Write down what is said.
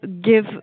give